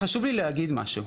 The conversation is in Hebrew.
חשוב לי להגיד משהו,